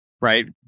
right